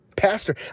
Pastor